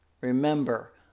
Remember